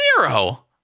zero